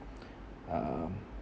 um